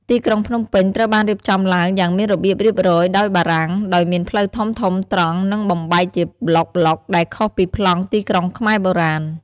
ទីក្រុងភ្នំពេញត្រូវបានរៀបចំឡើងយ៉ាងមានរបៀបរៀបរយដោយបារាំង ដោយមានផ្លូវធំៗត្រង់ និងបំបែកជាប្លុកៗ ដែលខុសពីប្លង់ទីក្រុងខ្មែរបុរាណ។